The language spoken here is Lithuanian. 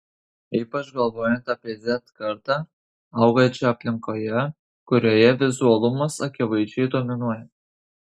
ypač galvojant apie z kartą augančią aplinkoje kurioje vizualumas akivaizdžiai dominuoja